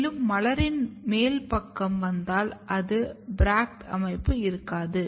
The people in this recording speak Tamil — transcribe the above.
மேலும் மலரின் மேல் பக்கம் வந்தால் அங்கு ப்ராக்ட் அமைப்பு இருக்காது